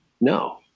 No